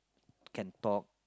can talk